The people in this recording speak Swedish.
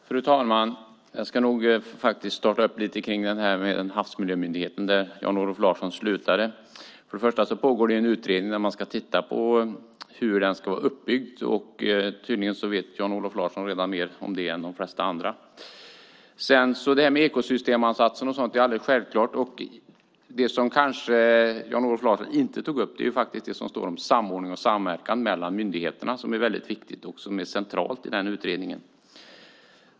Fru ålderspresident! Jag ska starta med havsmiljömyndigheten, där Jan-Olof Larsson slutade. Det pågår en utredning som ska titta på hur den ska vara uppbyggd, och tydligen vet Jan-Olof Larsson redan mer om det än de flesta andra. Detta med ekosystemansatsen är alldeles självklart. Det som Jan-Olof Larsson inte tog upp är det som står om samordning och samverkan mellan myndigheterna, som är väldigt viktigt och som är centralt i utredningen.